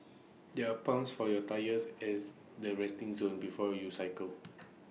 there are pumps for your tyres as the resting zone before you cycle